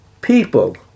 people